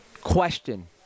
question